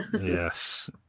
Yes